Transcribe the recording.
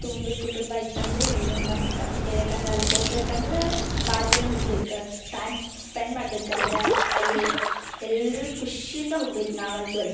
ತುಂಬಿದ ಕುಟುಂಬ ಇತ್ತಂದ್ರೆ ಇನ್ನೂ ಮಸ್ತ ಎದಕಂದ್ರೆ ಅಲ್ಗೆ ಹೋಗ್ಬೇಕಂದ್ರೆ ಭಾಳ ಜನ ಹೋಗ್ಬೇಕು ಟೈಮ್ ಸ್ಪೆಂಡ್ ಮಾಡ್ಬೇಕಂದ್ರೆ ಅಲ್ಲಿ ಎಲ್ಲರೊ ಖುಷಿಯಿಂದ ಹೋಗ್ಬೇಕು ನಾವಂತೂ ಅಲ್ಲಿ